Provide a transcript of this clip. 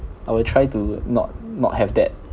I will try to not not have that